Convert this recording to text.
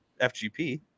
fgp